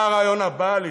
מה הרעיון הבא?